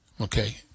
okay